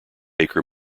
acre